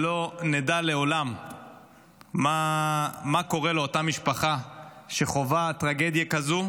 שלא נדע לעולם מה קורה לאותה משפחה שחווה טרגדיה כזו,